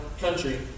country